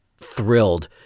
thrilled